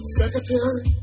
secretary